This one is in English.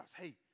Hey